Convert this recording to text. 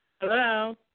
Hello